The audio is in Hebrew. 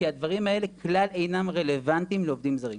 כי הדברים האלה כלל אינם רלוונטיים לעובדים זרים.